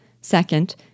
Second